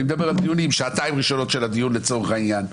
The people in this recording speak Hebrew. אני מדבר על שעתיים ראשונות של הדיון לצורך העניין.